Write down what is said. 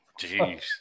Jeez